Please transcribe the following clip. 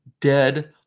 dead